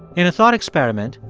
in a thought experiment,